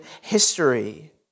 history